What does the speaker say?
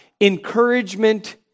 Encouragement